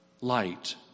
Light